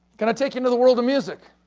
can i take you into the world of music?